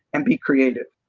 and be creative.